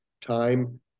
time